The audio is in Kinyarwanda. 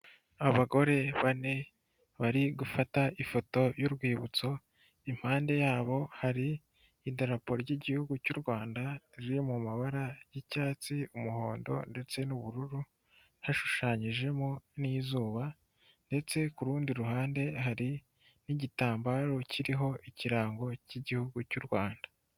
Abagore bane bari gufata ifoto y'urwibutso, impande yabo hari idarapo ry'igihugu cy'u Rwanda riri mu mabara y'icyatsi, umuhondo, ndetse n'ubururu. Hashushanyijemo n'izuba ndetse ku rundi ruhande hari n'igitambaro kiriho ikirango cy'igihugu cy'u Rwanda.